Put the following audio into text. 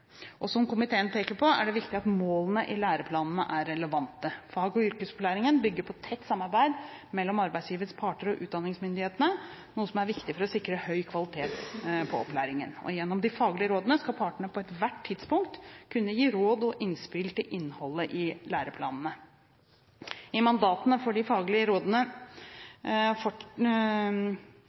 Som komiteen peker på, er det viktig at målene i læreplanene er relevante. Fag- og yrkesopplæringen bygger på tett samarbeid mellom arbeidslivets parter og utdanningsmyndighetene, noe som er viktig for å sikre høy kvalitet på opplæringen. Gjennom de faglige rådene skal partene på ethvert tidspunkt kunne gi råd og innspill til innholdet i læreplanene. I mandatene for de faglige rådene,